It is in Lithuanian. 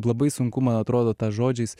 labai sunku man atrodo tą žodžiais